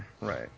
right